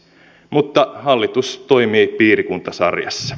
mutta hallitus toimii piirikuntasarjassa